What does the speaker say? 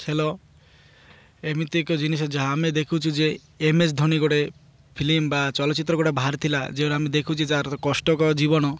ଖେଳ ଏମିତି ଏକ ଜିନିଷ ଯାହା ଆମେ ଦେଖୁଛୁ ଯେ ଏମ୍ ଏସ୍ ଧୋନୀ ଗୋଟେ ଫିଲ୍ମ ବା ଚଳଚିତ୍ର ଗୋଟେ ବାହାରି ଥିଲା ଯେଉଁ ଦେଖୁଛି ତାର ତ କଷ୍ଟକର ଜୀବନ